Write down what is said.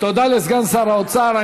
תודה לסגן שר האוצר.